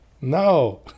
No